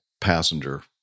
passenger